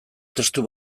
testu